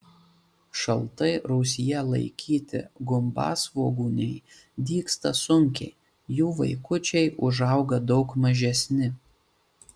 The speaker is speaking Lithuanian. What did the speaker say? šaltai rūsyje laikyti gumbasvogūniai dygsta sunkiai jų vaikučiai užauga daug mažesni